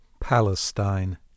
Palestine